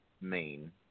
main